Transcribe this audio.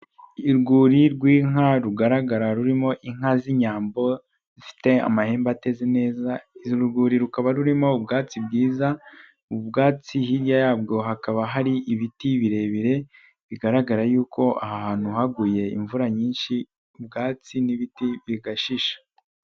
Urwuri rw'inka rugaragara rurimo inka z'inyambo zifite amahembe ateze, urwuri rukaba rurimo ubwatsi bwiza, mu bwatsi hirya yabwo hakaba hari ibiti birebire bigaragara yuko aha hantu haguye imvura nyinshi ubwatsi n'ibiti bigashisha.